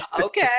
okay